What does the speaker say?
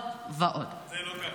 לא, זה לא קרה